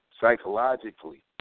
psychologically